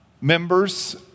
members